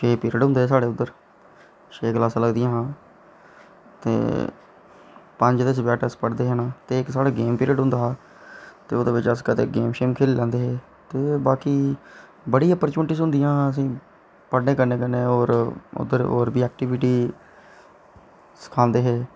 छे पिर्ड़ होंदे हे साढ़े उत्थें छे कलासां लगदियां हां ते पंज ते सबजैक्ट अस पढ़दे हे ना ते इक साढ़ा गेम पिर्ड़ होंदा हा ते ओह्दे बिच्च कदैं अस गेम सेम खेल्ली लैंदे हे ते बाकी बड़ी अप्परचुनटीस होंदियां हां असेंगी पढ़नें कन्नै कन्नै उद्धर होर बी ऐकटिविटी सखांदे हे